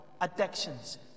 addictions